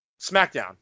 SmackDown